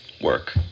work